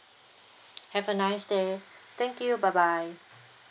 have a nice day thank you bye bye